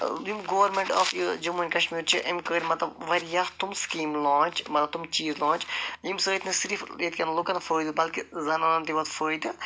یِم government of یہِ Jammu and Kashmir چھِ أمۍ کٔرۍ مطلب واریاہ تِم سِکیٖمہٕ لانچ مطلب تِم چیٖز لانچ ییٚمہِ سۭتۍ نہَ صِرف ییٚتہِ کٮ۪ن لوٗکن فٲیِدٕ بٔلکہِ زنانن تہِ ووت فٲیِدٕ